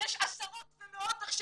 יש עשרות ומאות עכשיו.